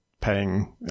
paying